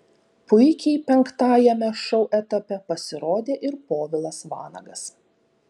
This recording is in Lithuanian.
puikiai penktajame šou etape pasirodė ir povilas vanagas